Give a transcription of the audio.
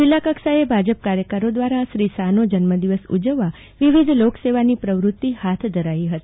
જિલ્લાકક્ષાએ ભાજપ કાર્યકરો દ્વારા શ્રી શાહનો જન્મદિવસ ઉજવવા માટે લોકસેવાની પ્રવૃતિ હાથ ધરાઈ હતી